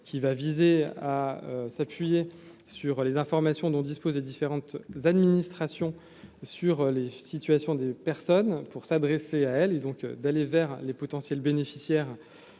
qui va viser à s'appuyer sur les informations dont disposent les différentes administrations sur les situations des personnes pour s'adresser à elle et donc d'aller vers les potentiels bénéficiaires